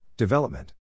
Development